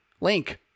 Link